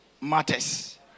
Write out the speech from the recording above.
Matters